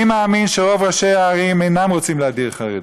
אני מאמין שרוב ראשי הערים אינם רוצים להדיר חרדים.